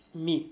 meat